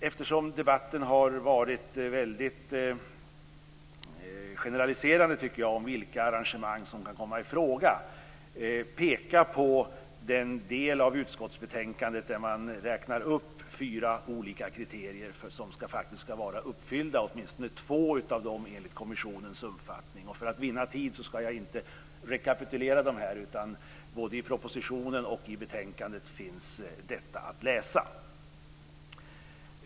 Eftersom debatten, tycker jag, har varit väldigt generaliserande när det gäller vilka arrangemang som kan komma i fråga vill jag peka på den del av utskottsbetänkandet där man räknar upp fyra olika kriterier som faktiskt skall vara uppfyllda; åtminstone två av dem, enligt kommissionens uppfattning. För att vinna tid skall jag inte här rekapitulera dem. Både i propositionen och i betänkandet finns det här att läsa.